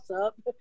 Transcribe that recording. up